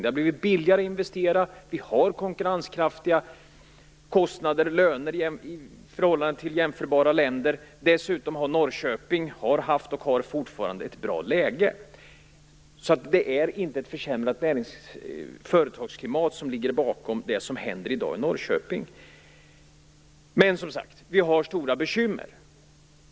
Det har blivit billigare att investera, och vi har konkurrenskraftiga kostnader och löner i förhållande till jämförbara länder. Dessutom har Norrköping haft, och har fortfarande, ett bra läge. Det är alltså inte ett försämrat företagsklimat som ligger bakom det som händer i dag i Norrköping. Vi har som sagt stora bekymmer.